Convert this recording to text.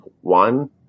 one